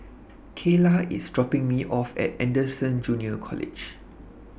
Kaela IS dropping Me off At Anderson Junior College